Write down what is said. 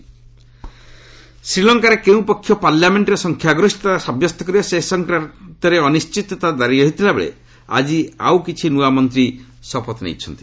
SL politics ଶ୍ରୀଲଙ୍କାରେ କେଉଁ ପକ୍ଷ ପାର୍ଲାମେଣ୍ଟରେ ସଂଖ୍ୟାଗରିଷତା ସାବ୍ୟସ୍ତ କରିବ ସେ ସଂକ୍ରାନ୍ତରେ ଅନିର୍ଜିତତା ଜାରି ରହିଥିବାବେଳେ ଆଜି କିଛି ନ୍ତଆ ମନ୍ତ୍ରୀ ଶପଥ ନେଇଛନ୍ତି